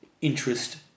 interest